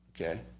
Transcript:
okay